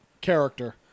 character